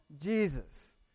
Jesus